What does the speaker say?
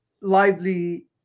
Lively